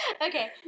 Okay